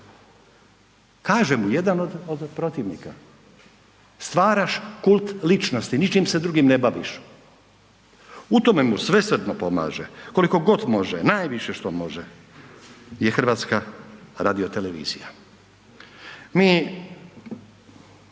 Kaže mu jedan od protivnika, stvaraš kult ličnosti, ničim se drugim ne baviš. U tome mu svesrdno pomaže koliko god može, najviše što može je HRT. Mi imamo